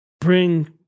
bring